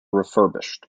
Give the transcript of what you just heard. refurbished